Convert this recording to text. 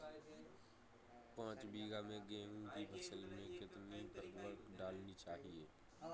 पाँच बीघा की गेहूँ की फसल में कितनी उर्वरक डालनी चाहिए?